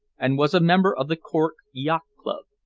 and was a member of the cork yacht club.